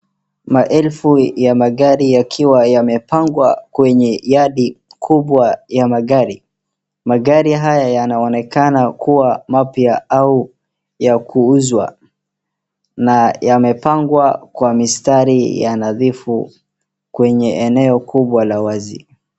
Maelfu ya magari yakiwa yamepangwa kwenye yadi kubwa ya magari. Magari haya yanaonekana kuwa mapya au ya kuuzwa na yamepangwa kwa mistari ya nadhifu kwenye eneo kubwa la wazi.